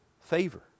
favor